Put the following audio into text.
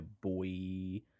boy